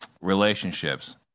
relationships